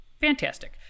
Fantastic